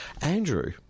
Andrew